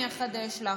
אני אחדש לך,